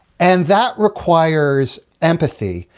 and that requires empathy.